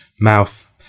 mouth